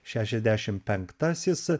šešiasdešim penktasis